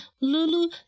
Lulu